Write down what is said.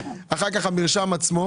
אחר כך המרשם עצמו?